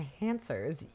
enhancers